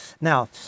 now